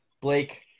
Blake